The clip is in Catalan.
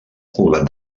poblat